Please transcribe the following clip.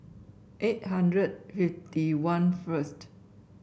eight hundred fifty one first